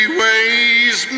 ways